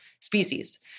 species